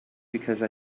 because